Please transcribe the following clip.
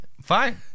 fine